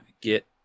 get